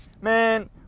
man